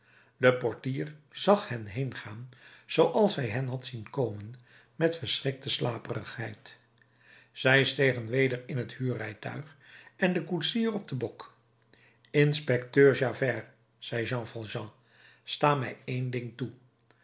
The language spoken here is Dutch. de portier zag hen heengaan zooals hij hen had zien komen met verschrikte slaperigheid zij stegen weder in het huurrijtuig en de koetsier op den bok inspecteur javert zei jean valjean sta mij één ding toe